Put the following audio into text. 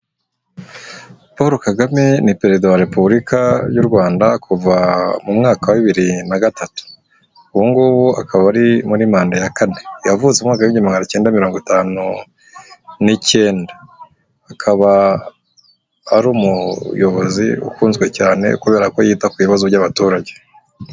Paul Kagame ni perezida wa Repubulika y'u Rwanda kuva mu mwaka wa bibiri na gatatu, ubu ngubu akaba ari muri manda ya kane. Yavutse mu mwaka w'igihumbi maganacyenda mirongo itanu n'icyenda, akaba ari umuyobozi ukunzwe cyane kubera ko yita ku bibazo by'abaturage.